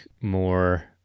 more